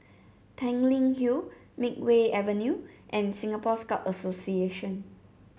Tanglin Hill Makeway Avenue and Singapore Scout Association